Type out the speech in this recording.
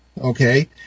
Okay